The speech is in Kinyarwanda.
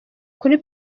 kuri